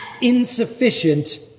insufficient